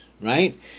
Right